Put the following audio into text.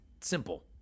simple